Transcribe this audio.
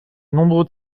nombreux